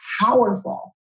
powerful